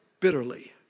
bitterly